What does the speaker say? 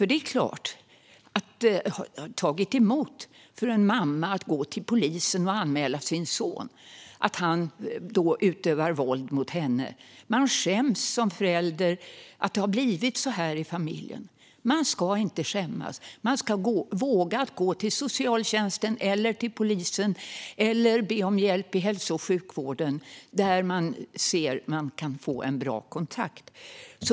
Det är klart att det tar emot för en mamma att gå polisen och anmäla sin son för att han utövar våld mot henne. Man skäms som förälder för att det har blivit på det sättet i familjen. Man ska inte skämmas. Man ska våga gå till socialtjänsten eller polisen eller be om hjälp i hälso och sjukvården - där man ser att man kan få en bra kontakt.